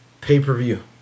pay-per-view